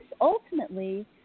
ultimately